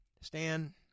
Stan